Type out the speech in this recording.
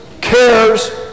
cares